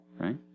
right